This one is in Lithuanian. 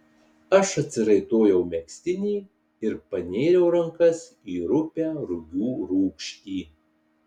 aš atsiraitojau megztinį ir panėriau rankas į rupią rugių rūgštį